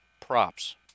props